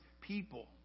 people